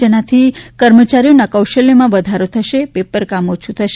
જેનાથી કર્મચારીઓના કૌશલ્યમાં વધારો થશે પેપરકામ ઓછું થશે